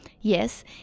Yes